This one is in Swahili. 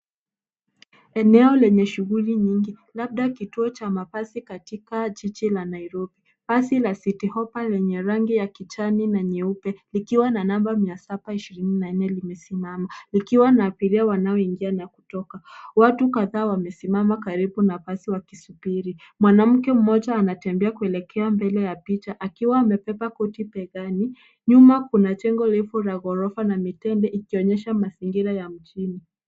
Eneo lenye shughuli nyingi, labda kituo cha mabasi katikati Jiji la Nairobi. Basi la CitiHoppa lenye rangi ya kijani na nyeupe, likiwa na namba mia saba ishirini na nne limesimama, likiwa na abiria wanaoingia na kutoka. Watu kadhaa wamesimama karibu na basi wakisubiri. Mwanamke mmoja anatembea kuelekea mbele ya picha, akiwa amebeba koti begani. Nyuma kuna jengo refu la ghorofa na mitembe ikionyesha mazingira ya mjini.